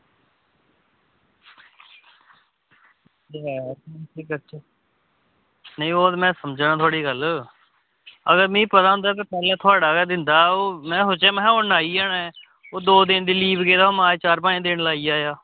अच्छा ते हून केह् करचै ओह् ते में समझा ना थुआढ़ी गल्ल अगर मिगी पता होंदा तां पैह्लें थुआढ़ा गै दिंदा ओह् में सोचेआ उन्ने आई जाना ऐ ओह् दौ दिन दी लीव गेदा मां जना चार दिन लाई आया